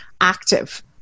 active